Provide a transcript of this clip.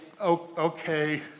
okay